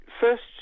First